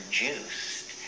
juiced